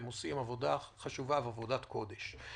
הם עושים עבודה חשובה ועבודת קודש.